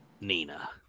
Nina